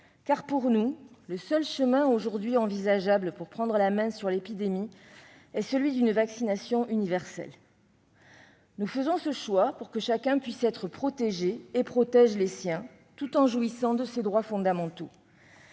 ; pour nous, le seul chemin aujourd'hui envisageable pour prendre la main sur l'épidémie est celui d'une vaccination universelle. Nous faisons ce choix pour que chacun puisse être protégé et protège les siens, tout en jouissant de ses droits fondamentaux.